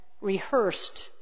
rehearsed